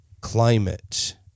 climate